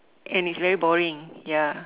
and it's very boring ya